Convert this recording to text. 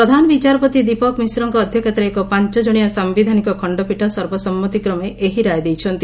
ପ୍ରଧାନ ବିଚାରପତି ଦୀପକ୍ ମିଶ୍ରଙ୍କ ଅଧ୍ୟକ୍ଷତାରେ ଏକ ପାଞ୍ଚଜଣିଆ ସାୟିଧାନିକ ଖଣ୍ଡପୀଠ ସର୍ବସମ୍ମତିକ୍ରମେ ଏହି ରାୟ ଦେଇଛନ୍ତି